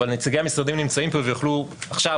אבל נציגי המשרדים נמצאים פה ויוכלו עכשיו,